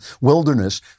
wilderness